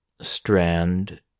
strand